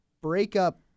breakup